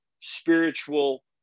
spiritual